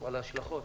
על ההשלכות